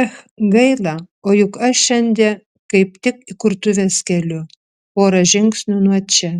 ech gaila o juk aš šiandie kaip tik įkurtuves keliu pora žingsnių nuo čia